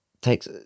takes